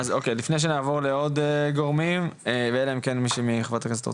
אז אוקי לפני שנעבור לעוד גורמים ואלא אם כן מישהו רוצה,